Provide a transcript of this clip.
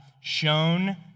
shown